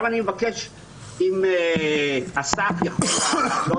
מה שאמרתי זה היה הפתיח לשקופית